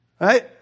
Right